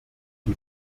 die